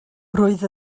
roedd